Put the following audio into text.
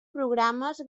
programes